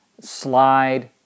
slide